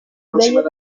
bellos